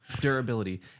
Durability